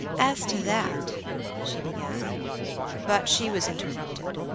as to that she began but she was interrupted,